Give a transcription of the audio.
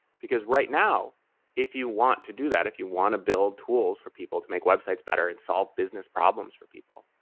because right now if you want to do that, if you want to build tools for people to make websites better and solve business problems for people,